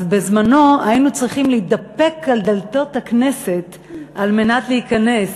אז בזמנו היינו צריכים להתדפק על דלתות הכנסת על מנת להיכנס.